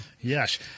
Yes